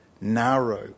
narrow